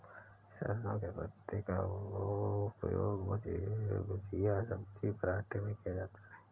सरसों के पत्ते का उपयोग भुजिया सब्जी पराठे में किया जाता है